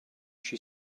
she